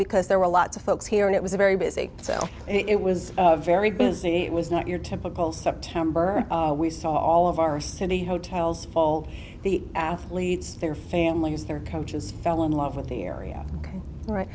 because there were lots of folks here and it was a very busy so it was very busy it was not your typical september we saw all of our city hotels all the athletes their families their coaches fell in love with the area